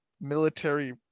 military